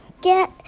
get